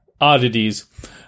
oddities